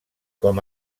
com